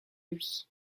lui